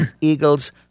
Eagle's